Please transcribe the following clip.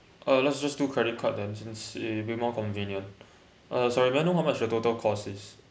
uh let's just do credit card then since it will be more convenient uh sorry may I know how much the total cost is